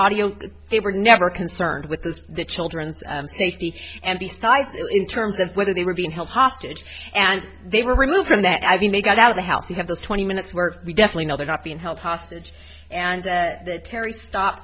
were never concerned with those children's safety and besides it in terms of whether they were being held hostage and they were removed from that they got out of the house you have the twenty minutes where we definitely know they're not being held hostage and that the terry stop